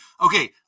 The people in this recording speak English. okay